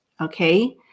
Okay